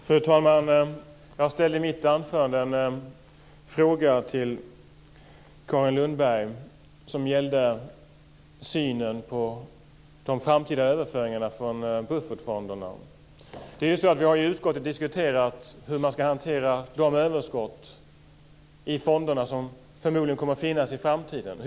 Fru talman! Jag ställde i mitt anförande en fråga till Carin Lundberg om synen på de framtida överföringarna från buffertfonderna. Vi har ju i utskottet diskuterat hur man ska hantera de överskott i fonderna som förmodligen kommer att finnas i framtiden.